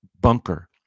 Bunker